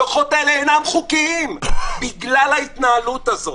הדוחות האלה אינם חוקיים בגלל ההתנהלות הזאת,